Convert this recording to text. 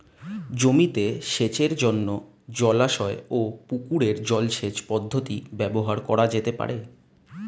জমিতে সেচের জন্য জলাশয় ও পুকুরের জল সেচ পদ্ধতি ব্যবহার করা যেতে পারে?